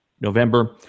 November